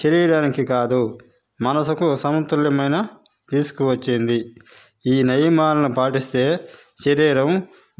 శరీరానికి కాదు మనసుకు సమతుల్యమైన తీసుకు వచ్చింది ఈ నియమాలను పాటిస్తే శరీరం